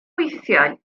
weithiau